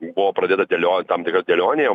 buvo pradeda dėlio tam tikra dėlionė